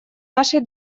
нашей